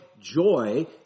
joy